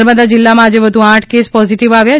નર્મદા જિલ્લામાં આજે વધુ આઠ કેસ પોઝિટિવ આવ્યા છે